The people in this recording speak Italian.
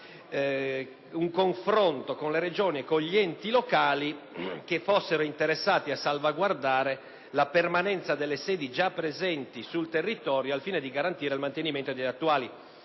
«un confronto con le regioni e gli enti locali che fossero interessati a salvaguardare, ove possibile, la permanenza delle sedi già presenti sul territorio al fine di garantire il mantenimento degli attuali